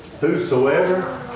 whosoever